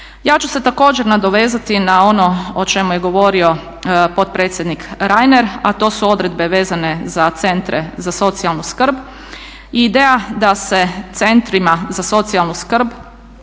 Ja ću se također nadovezati na ono o čemu je govorio potpredsjednik Reiner, a to su odredbe vezane za centre za socijalnu skrb i ideja da se centrima za socijalnu skrb